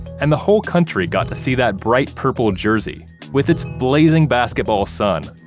and the whole country got to see that bright purple jersey, with its blazing basketball sun,